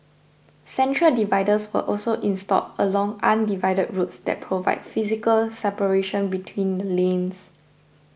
centre dividers were also installed along undivided roads that provide physical separation between the lanes